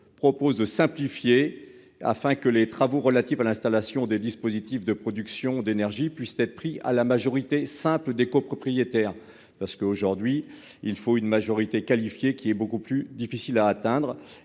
propose de simplifier, afin que les travaux relatifs à l'installation des dispositifs de production d'énergie puissent être pris à la majorité simple des copropriétaires parce qu'aujourd'hui il faut une majorité qualifiée qui est beaucoup plus difficile à atteindre,